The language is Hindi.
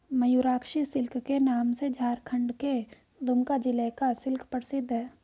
मयूराक्षी सिल्क के नाम से झारखण्ड के दुमका जिला का सिल्क प्रसिद्ध है